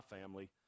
family